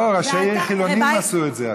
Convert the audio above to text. לא, ראשי עיר חילונים עשו את זה.